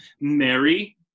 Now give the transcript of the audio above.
Mary